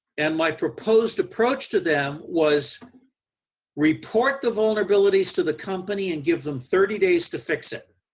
and my proposed approach to them was report the vulnerabilities to the company and give them thirty days to fix it.